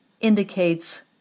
indicates